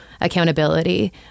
accountability